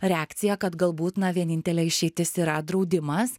reakciją kad galbūt na vienintelė išeitis yra draudimas